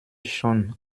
schon